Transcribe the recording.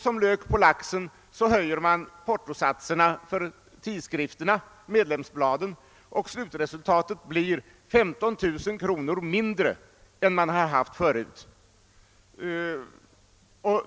Som lök på laxen höjer man portosatserna för tidskrifterna, medlemsbladen, och slutresultatet blir 15 000 kronor mindre än man tidigare haft.